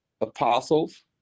apostles